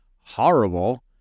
Horrible